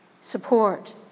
support